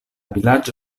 vilaĝo